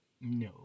No